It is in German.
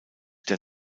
der